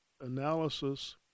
analysis